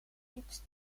niet